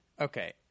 Okay